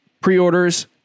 Pre-orders